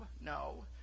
no